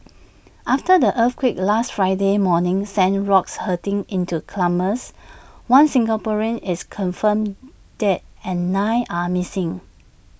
after the earthquake last Friday morning sent rocks hurtling into climbers one Singaporean is confirmed dead and nine are missing